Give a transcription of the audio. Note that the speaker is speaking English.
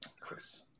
chris